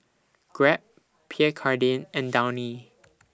Grab Pierre Cardin and Downy